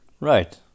Right